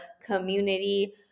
community